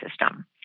system